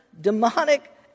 demonic